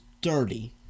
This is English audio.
dirty